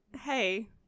hey